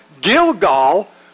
gilgal